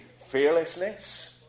fearlessness